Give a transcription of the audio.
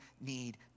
need